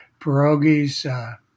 pierogies